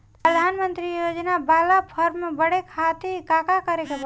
प्रधानमंत्री योजना बाला फर्म बड़े खाति का का करे के पड़ी?